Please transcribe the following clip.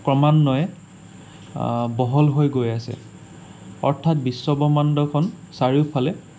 ক্ৰমান্ৱয়ে বহল হৈ গৈ আছে অৰ্থাৎ বিশ্ব ব্ৰহ্মাণ্ডখন চাৰিওফালে